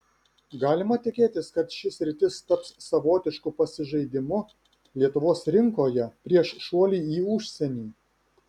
galima tikėtis kad ši sritis taps savotišku pasižaidimu lietuvos rinkoje prieš šuolį į užsienį